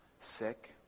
sick